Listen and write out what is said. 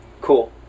cool